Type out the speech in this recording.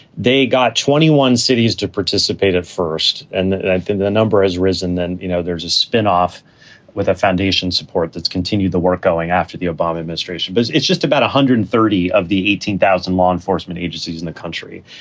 they got twenty one cities to participate at first. and and i think the number has risen. then, you know, there's a spin off with a foundation support that's continued the work going after the obama administration, because it's just about one hundred and thirty of the eighteen thousand law enforcement agencies in the country.